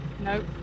Nope